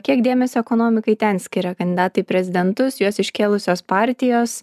kiek dėmesio ekonomikai ten skiria kandidatai į prezidentus juos iškėlusios partijos